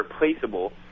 replaceable